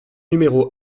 numéro